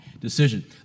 decision